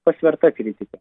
pasverta kritika